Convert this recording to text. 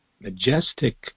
majestic